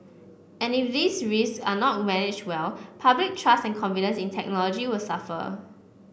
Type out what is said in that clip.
and if these risk are not managed well public trust and confidence in technology will suffer